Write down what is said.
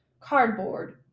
cardboard